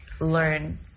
learn